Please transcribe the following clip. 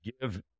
give